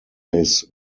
his